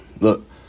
Look